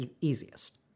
easiest